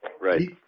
Right